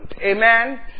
Amen